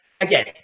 Again